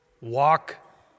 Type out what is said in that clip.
walk